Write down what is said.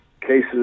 cases